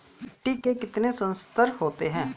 मिट्टी के कितने संस्तर होते हैं?